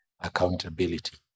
accountability